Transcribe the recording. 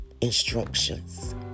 instructions